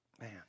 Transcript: Man